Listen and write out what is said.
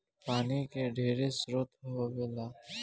पानी के ढेरे स्रोत होला